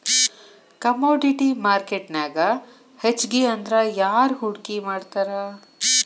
Commodity ಮಾರ್ಕೆಟ್ನ್ಯಾಗ್ ಹೆಚ್ಗಿಅಂದ್ರ ಯಾರ್ ಹೂಡ್ಕಿ ಮಾಡ್ತಾರ?